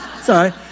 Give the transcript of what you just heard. Sorry